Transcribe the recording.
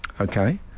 Okay